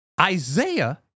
Isaiah